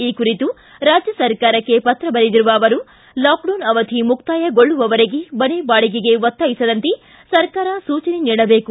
ಈ ಕುರಿತು ರಾಜ್ಯ ಸರ್ಕಾರಕ್ಕೆ ಪತ್ರ ಬರೆದಿರುವ ಅವರು ಲಾಕ್ಡೌನ್ ಅವಧಿ ಮುಕ್ತಾಯಗೊಳ್ಳುವವರೆಗೆ ಮನೆ ಬಾಡಿಗೆಗೆ ಒತ್ತಾಯಿಸದಂತೆ ಸರ್ಕಾರ ಸೂಚನೆ ನೀಡಬೇಕು